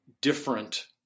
different